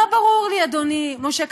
לא ברור לי, אדוני משה כחלון,